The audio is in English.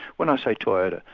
when i say toyota,